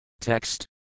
Text